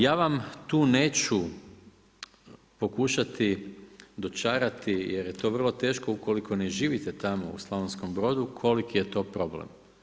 Ja vam tu neću pokušati dočarati jer je to vrlo teško ukoliko ne živite tamo u Slavonskom Brodu koliki je to problem.